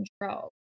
control